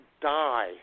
die